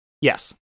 Yes